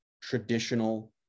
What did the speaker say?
traditional